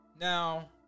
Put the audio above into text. Now